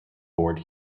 board